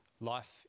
life